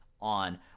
on